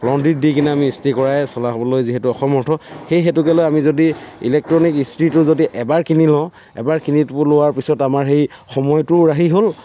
লণ্ড্ৰীত দি কিনে আমি ইস্ত্ৰি কৰাই চলাবলৈ যিহেতু অসমৰ্থ সেই হেতুকে লৈ আমি যদি ইলেক্ট্ৰনিক ইস্ত্ৰিটো যদি এবাৰ কিনি লওঁ এবাৰ কিনি লোৱাৰ পিছত আমাৰ সেই সময়টোও ৰাহি হ'ল